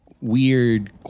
weird